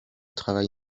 travail